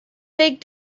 big